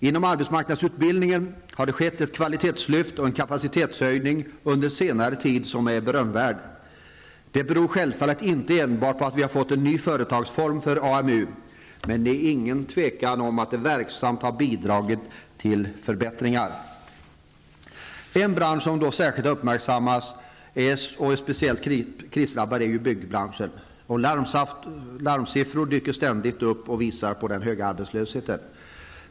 Inom arbetsmarknadsutbildningen har det under senare tid skett ett kvalitetslyft och en kapacitetshöjning som är berömvärd. Det beror självfallet inte enbart på att vi har fått en ny företagsform för AMU, men det är inget tvivel om att det verksamt har bidragit till förbättringar. En bransch som särskilt har uppmärksammats som speciellt krisdrabbad är byggbranschen. Larmsiffror dyker ständigt upp som visar på hög arbetslöshet.